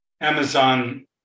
Amazon